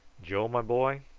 joe, my boy,